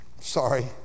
sorry